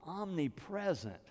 omnipresent